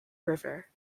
river